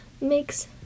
makes